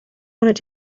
wanted